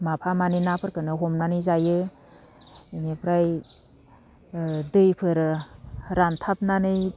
माफा मानै नाफोरखौनो हमनानै जायो बेनिफ्राय दैफोर रानथाबनानै